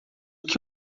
que